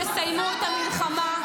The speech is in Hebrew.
תסיימו את המלחמה,